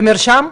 במרשם?